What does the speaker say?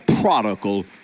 prodigal